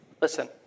Listen